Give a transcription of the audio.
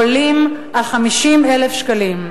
עולים על 50,000 שקלים.